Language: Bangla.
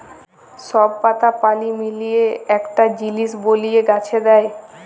সব পাতা পালি মিলিয়ে একটা জিলিস বলিয়ে গাছে দেয়